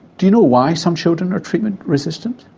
do you know why some children are treatment resistant?